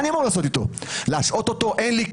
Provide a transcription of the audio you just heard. האם אנחנו מקבלים ממך ומרשות האוכלוסין אמירה